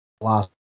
last